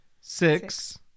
Six